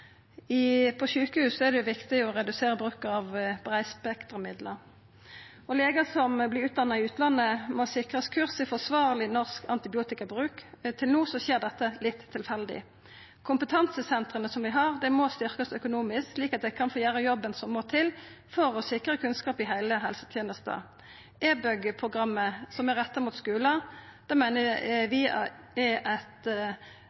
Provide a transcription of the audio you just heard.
viktig. På sjukehus er det jo viktig å redusera bruken av breispektra middel. Og legar som vert utdanna i utlandet, må sikrast kurs i forsvarleg norsk antibiotikabruk. Til no skjer dette litt tilfeldig. Kompetansesentra som vi har, må styrkjast økonomisk slik at dei kan få gjera jobben som må til for å sikra kunnskap i heile helsetenesta. E-Bug-programmet, som er retta mot skular, meiner vi er eit